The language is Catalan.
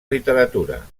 literatura